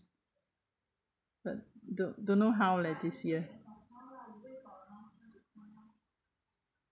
but don't don't know how leh this year